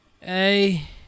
Hey